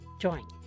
join